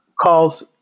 calls